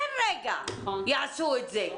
בן רגע עשו את זה.